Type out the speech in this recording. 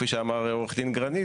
כפי שאמר עו"ד גרנית,